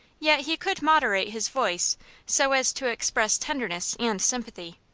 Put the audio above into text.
yet he could moderate his voice so as to express tenderness and sympathy.